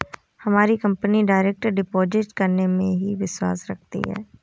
हमारी company direct deposit करने में ही विश्वास रखती है